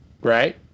Right